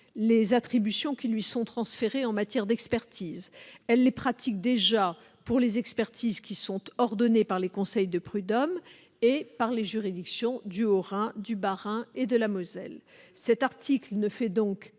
les attributions qui lui sont transférées en matière d'expertise. Elle les pratique déjà pour les expertises ordonnées par les conseils de prud'hommes et par les juridictions du Haut-Rhin, du Bas-Rhin et de la Moselle. Tout à fait ! Cet article ne fait donc